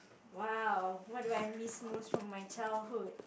!wow! what do I miss most from my childhood